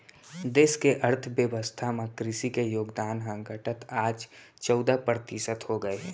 देस के अर्थ बेवस्था म कृसि के योगदान ह घटत आज चउदा परतिसत हो गए हे